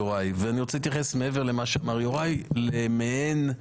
זה אולי איפשהו באמצע.